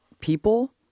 people